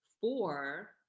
four